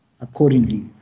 accordingly